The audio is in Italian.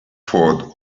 ford